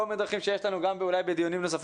הוא יצא